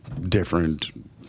different